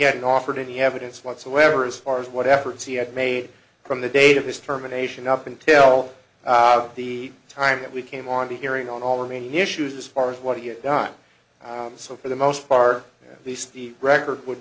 hadn't offered any evidence whatsoever as far as what efforts he had made from the date of his terminations up until the time that we came on to hearing on all the main issues as far as what he has done so for the most part these the record would